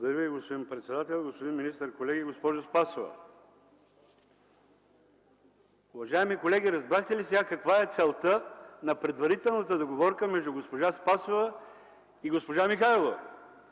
Благодаря Ви, господин председател! Господин министър, колеги, госпожо Спасова! Уважаеми колеги, разбрахте ли сега каква е целта на предварителната договорка между госпожа Спасова и госпожа Михайлова?